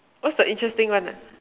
what's the interesting one ah